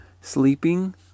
sleeping